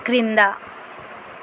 క్రింద